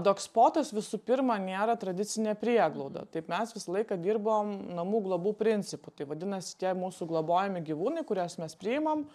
dogspotas visų pirma nėra tradicinė prieglauda taip mes visą laiką dirbom namų globų principu tai vadinasi tie mūsų globojami gyvūnai kuriuos mes priimam